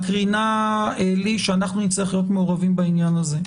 מקרינה לי שאנחנו נהיה צריכים להיות מעורבים בעניין הזה.